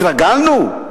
התרגלנו?